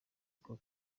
ako